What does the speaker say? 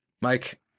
Mike